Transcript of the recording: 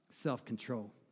self-control